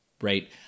right